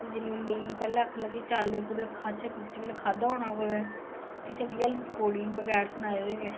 जिसलै लेई गे पैहलें आक्खन लगे चल कुतै खाह्चै पीह्चै भला खंदा होना कुते फ्ही चली गे हरकी पौड़ी बगैर सनाए दे